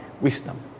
wisdom